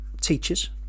teachers